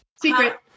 Secret